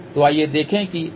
तो आइए देखें कि A